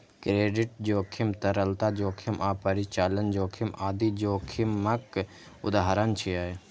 credit जोखिम, तरलता जोखिम आ परिचालन जोखिम आदि जोखिमक उदाहरण छियै